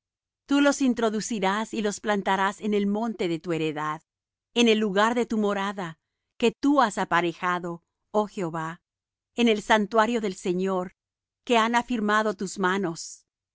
tú los introducirás y los plantarás en el monte de tu heredad en el lugar de tu morada que tú has aparejado oh jehová en el santuario del señor que han afirmado tus manos